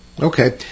Okay